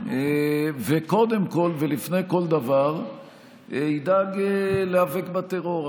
וקודם כול ולפני כל דבר ידאג להיאבק בטרור.